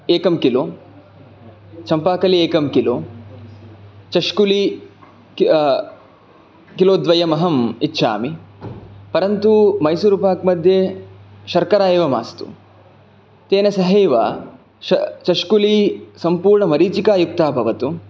एकं किलो चम्पाकलि एकं किलो चष्कुली किलो द्वयम् अहम् इच्छामि परन्तु मैसूर्पाक्मध्ये शर्करा एव मास्तु तेन सहैव चष्कुली सम्पूर्णमरीचिका युक्ता भवतु